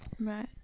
Right